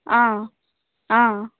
ఆ ఆ